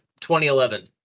2011